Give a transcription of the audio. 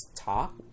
talk